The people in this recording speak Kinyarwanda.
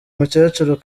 mukecuru